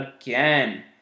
again